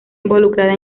involucrada